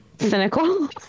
cynical